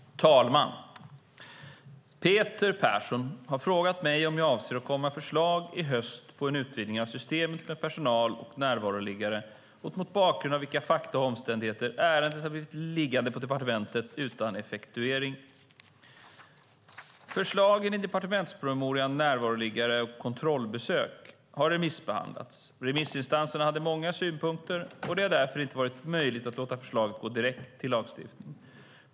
Herr talman! Peter Persson har frågat mig om jag avser att komma med förslag i höst på en utvidgning av systemet med personal och närvaroliggare och mot bakgrund av vilka fakta och omständigheter ärendet har blivit liggande på departementet utan effektuering. Förslagen i departementspromemorian Närvaroliggare och kontrollbesök har remissbehandlats. Remissinstanserna hade många synpunkter, och det har därför inte varit möjligt att låta förslagen gå direkt till lagstiftning.